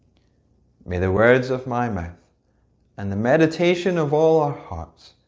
may the words of my mouth and the meditation of all our hearts,